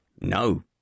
No